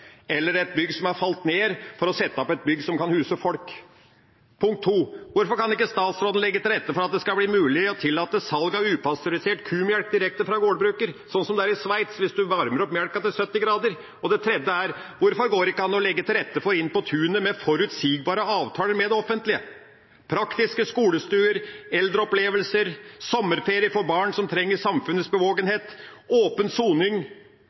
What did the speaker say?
eller et bygg som er falt ned, for å sette opp et bygg som kan huse folk? Hvorfor kan ikke statsråden legge til rette for at det skal bli mulig å tillate salg av upasteurisert kumelk direkte fra gårdbruker, sånn som det er i Sveits, hvis en varmer opp melka til 70°C? Hvorfor går det ikke an å legge til rette for Inn på tunet med forutsigbare avtaler med det offentlige – ha praktiske skolestuer, eldreopplevelser, sommerferie for barn som trenger samfunnets bevågenhet, åpen soning